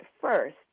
first